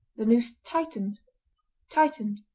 the noose tightened tightened.